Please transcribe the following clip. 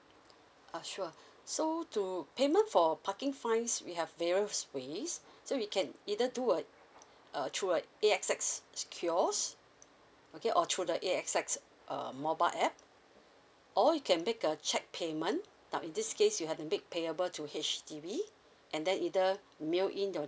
oh sure so to payment for parking fines we have various ways so you can either through a uh through a A_X_S kiosk okay or through the A_X_S uh mobile app or you can make a cheque payment now in this case you have to make payable to H_D_B and then either mail in the